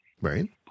Right